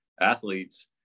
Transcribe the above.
athletes